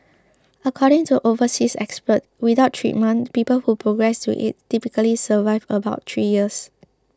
according to overseas experts without treatment people who progress to AIDS typically survive about three years